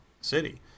city